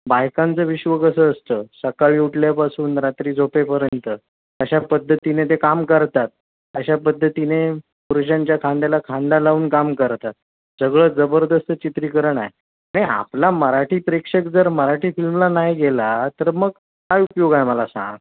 बायकांचं विश्व कसं असतं सकाळी उठल्यापासून रात्री झोपेपर्यंत अशा पद्धतीने ते काम करतात अशा पद्धतीने पुरुषांच्या खांद्याला खांदा लावून काम करतात सगळं जबरदस्त चित्रीकरण आहे नाही आपला मराठी प्रेक्षक जर मराठी फिल्मला नाही गेला तर मग काय उपयोग आहे मला सांग